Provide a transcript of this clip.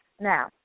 Now